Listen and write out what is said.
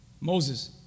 Moses